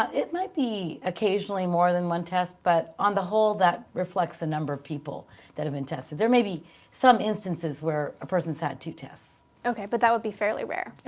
it might be occasionally more than one test, but on the whole that reflects the number of people that have been tested. there may be some instances where a person's had two tests. okay. but that would be fairly rare.